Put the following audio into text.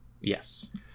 Yes